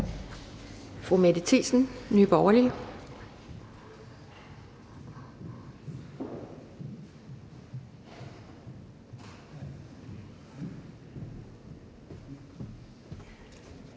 Fru Mette Thiesen, Nye Borgerlige.